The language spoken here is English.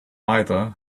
either